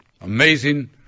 Amazing